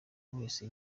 wese